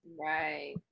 right